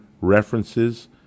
references